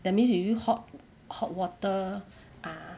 that means you use hot hot water